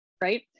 right